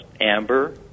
amber